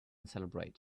celebrate